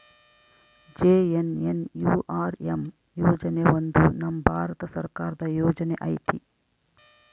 JNNURM ಯೋಜನೆ ಒಂದು ನಮ್ ಭಾರತ ಸರ್ಕಾರದ ಯೋಜನೆ ಐತಿ